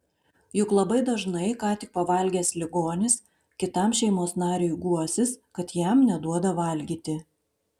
juk labai dažnai ką tik pavalgęs ligonis kitam šeimos nariui guosis kad jam neduoda valgyti